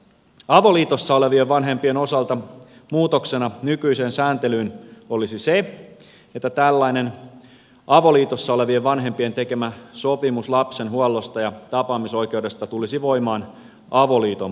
avoliitossa olevien vanhempien osalta muutoksena nykyiseen sääntelyyn olisi se että tällainen avoliitossa olevien vanhempien tekemä sopimus lapsen huollosta ja tapaamisoikeudesta tulisi voimaan avoliiton purkauduttua